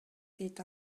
дейт